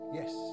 yes